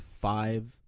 five